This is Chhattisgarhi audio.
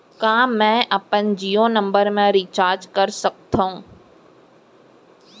का मैं अपन जीयो नंबर म रिचार्ज कर सकथव?